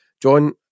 John